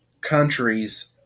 countries